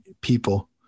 people